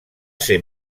ser